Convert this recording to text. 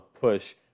push